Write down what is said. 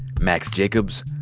max jacobs,